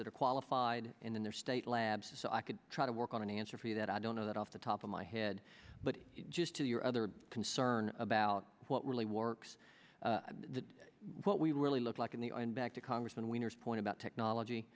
that are qualified in their state labs so i could try to work on an answer for you that i don't know that off the top of my head but just to your other concern about what really works that what we really look like in the back to congressman weiner's point about technology